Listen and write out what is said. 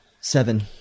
Seven